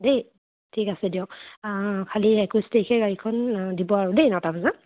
দেই ঠিক আছে দিয়ক খালী একৈছ তাৰিখে গাড়ীখন দিব আৰু দেই নটা বজাত